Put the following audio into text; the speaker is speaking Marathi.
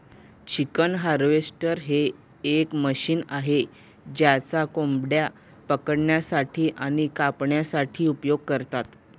चिकन हार्वेस्टर हे एक मशीन आहे ज्याचा कोंबड्या पकडण्यासाठी आणि कापण्यासाठी उपयोग करतात